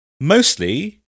Mostly